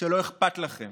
שלא אכפת לכם.